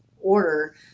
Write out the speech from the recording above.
order